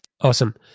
Awesome